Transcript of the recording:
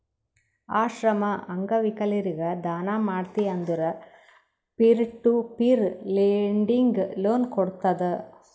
ಆಶ್ರಮ, ಅಂಗವಿಕಲರಿಗ ದಾನ ಮಾಡ್ತಿ ಅಂದುರ್ peer to peer lending loan ಕೋಡ್ತುದ್